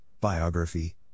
biography